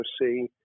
see